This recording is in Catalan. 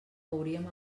hauríem